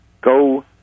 Go